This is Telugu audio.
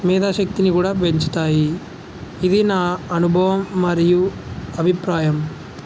మేధా శక్తిని కూడా పెంచుతాయి ఇది నా అనుభవం మరియు అభిప్రాయం